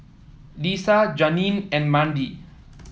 Lesia Janeen and Mandy